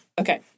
Okay